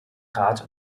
rat